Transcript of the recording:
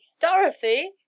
Dorothy